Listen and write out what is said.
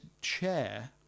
chair